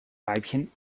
weibchen